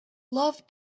love